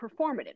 performative